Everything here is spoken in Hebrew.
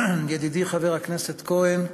ידידי חבר הכנסת כהן,